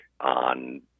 on